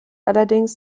allerdings